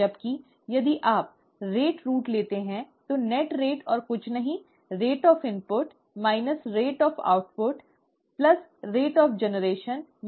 जबकि यदि आप दर मार्ग लेते हैं तो असल दर और कुछ नहीं इनपुट की दर माइनस आउटपुट की दर प्लस उत्पादन की दर माइनस खपत की दर है ठीक है